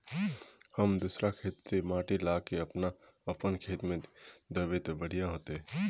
हम दूसरा के खेत से माटी ला के अपन खेत में दबे ते बढ़िया होते?